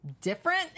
different